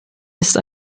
ist